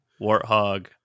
warthog